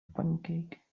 pancake